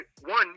one